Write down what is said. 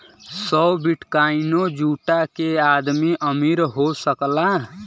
सौ बिट्काइनो जुटा के आदमी अमीर हो सकला